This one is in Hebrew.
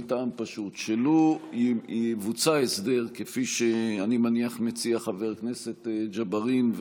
מטעם פשוט: לו יבוצע ההסדר כפי שמציע חבר הכנסת ג'בארין,